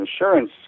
insurance